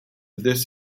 this